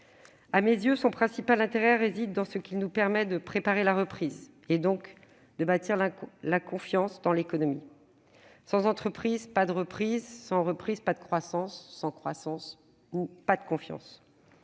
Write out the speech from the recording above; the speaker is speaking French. À mes yeux, son principal intérêt réside dans ce qu'il nous permet de préparer la reprise et, donc, de bâtir la confiance dans l'économie. Sans entreprise, pas de reprise ; sans reprise, pas de croissance ; sans croissance, pas de confiance.